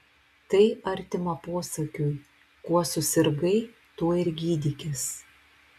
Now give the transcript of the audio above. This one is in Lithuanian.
tai artima posakiui kuo susirgai tuo ir gydykis